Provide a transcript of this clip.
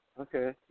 Okay